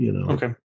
Okay